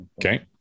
Okay